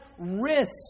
risk